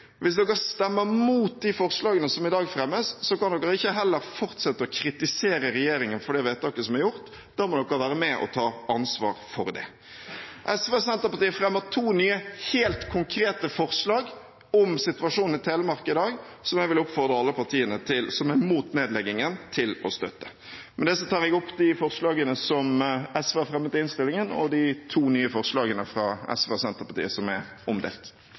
Hvis de stemmer mot de forslagene som i dag fremmes, kan de ikke heller fortsette å kritisere regjeringen for det vedtaket som er gjort. Da må de være med og ta ansvar for det. SV og Senterpartiet fremmer to nye – helt konkrete – forslag om situasjonen i Telemark i dag, som jeg vil oppfordre alle partier som er mot nedleggingen, om å støtte. Med det tar jeg opp de forslagene som SV har fremmet i innstillingen, og de to nye forslagene fra SV og Senterpartiet som er omdelt.